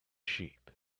sheep